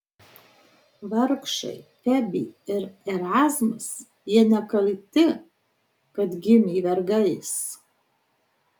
vargšai febė ir erazmas jie nekalti kad gimė vergais